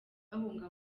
bahunga